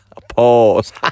pause